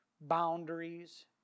boundaries